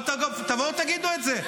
אבל תגידו את זה.